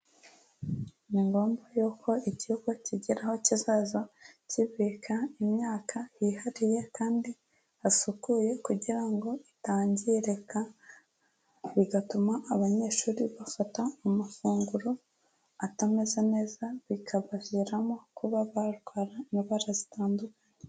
Ni ngombwa y'uko ikigo kigira aho kizaza kibika imyaka yihariye kandi hasukuye kugira ngo itangirika bigatuma abanyeshuri bafata amafunguro atameze neza, bikabaviramo kuba barwara indwara zitandukanye.